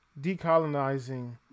decolonizing